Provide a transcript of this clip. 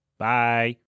Bye